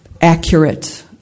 accurate